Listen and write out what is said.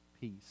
peace